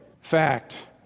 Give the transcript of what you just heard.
fact